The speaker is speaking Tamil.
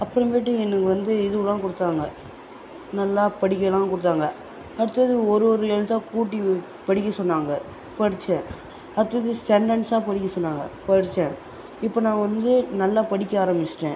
அப்புறமேட்டுக்கு எனக்கு வந்து இதெலாம் கொடுத்தாங்க நல்லா படிக்கிறான்னு கொடுத்தாங்க அடுத்தது ஒரு ஒரு எழுத்தாக கூட்டி படிக்க சொன்னாங்க படிச்சேன் அடுத்தது சென்டன்ஸாக படிக்க சொன்னாங்க படிச்சேன் இப்போ நான் வந்து நல்லா படிக்க ஆரம்பிச்சேட்டேன்